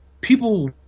people